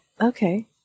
Okay